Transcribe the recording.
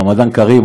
רמדאן כרים,